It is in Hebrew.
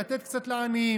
לתת קצת לעניים.